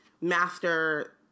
master